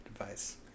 advice